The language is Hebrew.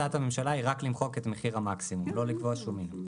הצעת הממשלה היא רק למחוק את מחיר המקסימום לא לקבוע שום מינימום.